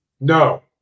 No